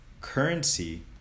Currency